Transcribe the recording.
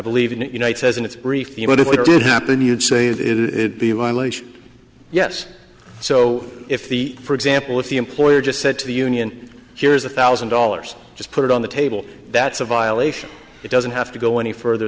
believe in it you know it says in its brief even if it did happen you'd say that it would be a violation yes so if the for example if the employer just said to the union here's a thousand dollars just put it on the table that's a violation it doesn't have to go any further